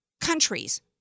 countries